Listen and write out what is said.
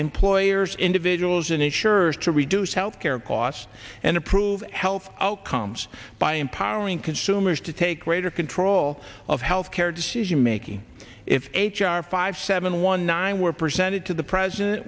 employers individuals and insurers to reduce health care costs and improve health outcomes by empowering consumers to take greater control of health care decision making if h r five seven one nine were presented to the president